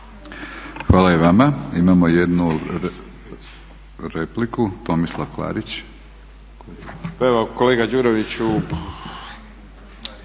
Hvala i vama. Imamo jednu repliku, Tomislav Klarić.